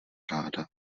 ráda